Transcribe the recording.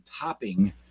topping